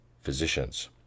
physicians